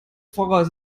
pfarrers